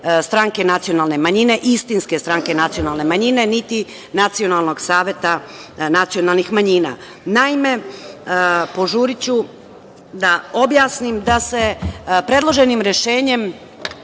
stranke nacionalne manjine, istinske stranke nacionalne manjini, niti nacionalnog saveta nacionalnih manjina. Požuriću da objasnim da se predloženim rešenjem